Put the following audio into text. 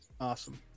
Awesome